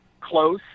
close